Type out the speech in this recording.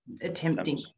attempting